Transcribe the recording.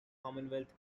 commonwealth